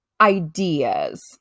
Ideas